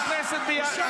בושה, בושה, בושה,